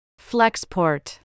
Flexport